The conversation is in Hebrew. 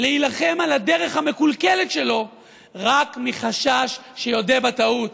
להילחם על הדרך המקולקלת שלו רק מחשש שיודה בטעות.